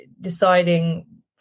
deciding